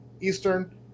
Eastern